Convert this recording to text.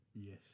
Yes